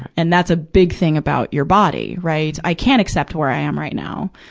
and that's a big thing about your body, right? i can accept where i am right now,